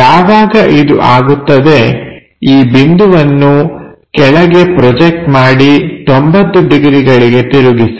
ಯಾವಾಗ ಇದು ಆಗುತ್ತದೆ ಈ ಬಿಂದುವನ್ನು ಕೆಳಗೆ ಪ್ರೊಜೆಕ್ಟ್ ಮಾಡಿ 90 ಡಿಗ್ರಿಗಳಿಗೆ ತಿರುಗಿಸಿ